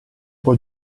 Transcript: può